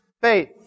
faith